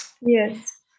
Yes